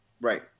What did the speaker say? Right